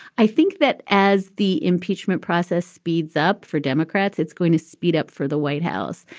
i think that as the impeachment process speeds up for democrats it's going to speed up for the white house.